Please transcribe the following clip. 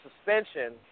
suspension